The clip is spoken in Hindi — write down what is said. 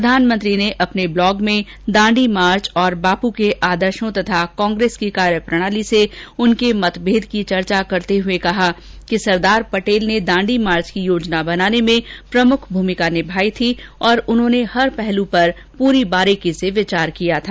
प्रधानमंत्री ने अपने ब्लॉग में दांडी मार्च और बापू के आदर्शो तथा कांग्रेस की कार्यप्रणाली से उनके मतभेद की चर्चा करते हुए कहा कि सरदार पटेल ने दांडी मार्च की योजना बनाने में प्रमुख भूमिका निभाई थी और उन्होंने हर पहलू पर पूरी बारीकी से विचार किया था